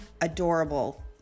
adorable